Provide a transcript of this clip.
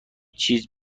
چیزی